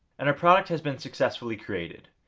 and our product has been successfully created.